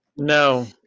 No